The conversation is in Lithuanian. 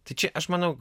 tai čia aš manau